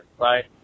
right